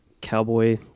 cowboy